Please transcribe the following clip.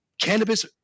cannabis